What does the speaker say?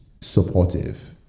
supportive